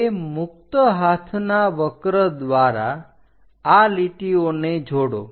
હવે મુક્તહાથના વક્ર દ્વારા આ લીટીઓને જોડો